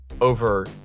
over